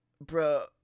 Bro